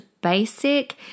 basic